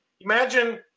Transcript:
Imagine